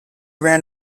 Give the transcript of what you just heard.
ran